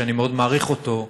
שאני מאוד מעריך אותו,